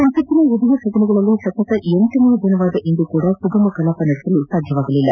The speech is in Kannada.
ಸಂಸತ್ತಿನ ಉಭಯ ಸದನಗಳಲ್ಲಿ ಸತತ ಲನೇ ದಿನವಾದ ಇಂದೂ ಸಹ ಸುಗಮ ಕಲಾಪ ನಡೆಸಲು ಸಾಧ್ಯವಾಗಿಲ್ಲ